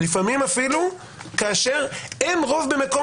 לפעמים אפילו כאשר אין רוב במקום